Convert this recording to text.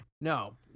no